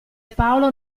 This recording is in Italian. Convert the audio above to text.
paolo